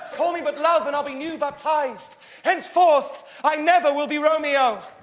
call me but love, and i'll be new baptised henceforth i never will be romeo.